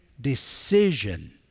decision